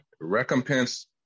Recompense